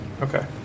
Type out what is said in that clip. Okay